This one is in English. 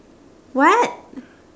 what